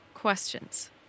questions